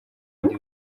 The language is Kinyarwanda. bindi